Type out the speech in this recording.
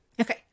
Okay